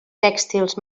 tèxtils